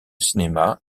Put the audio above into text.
cinéma